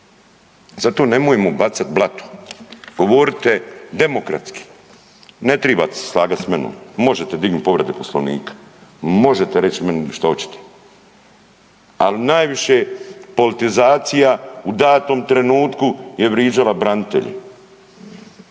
Zato nemojmo bacati blato, govorite demokratski, ne tribate se slagat s menom, možete dignuti povrede Poslovnika, možete reći meni što oćete, ali najviše politizacija u datom trenutku je vriđala branitelje.